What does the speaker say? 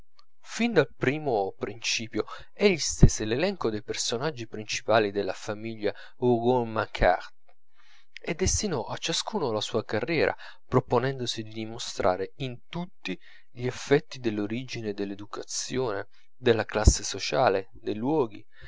fin dal primo principio egli stese l'elenco dei personaggi principali della famiglia rougon macquart e destinò a ciascuno la sua carriera proponendosi di dimostrare in tutti gli effetti dell'origine dell'educazione della classe sociale dei luoghi